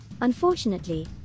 Unfortunately